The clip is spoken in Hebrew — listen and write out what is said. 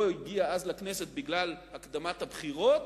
הגיע אז לכנסת בגלל הקדמת הבחירות,